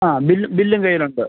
ആ ബില്ല് ബില്ലും കയ്യിലുണ്ട്